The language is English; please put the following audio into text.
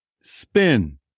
Spin